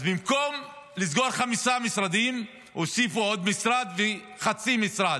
אז במקום לסגור חמישה משרדים הוסיפו עוד משרד וחצי משרד,